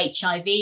HIV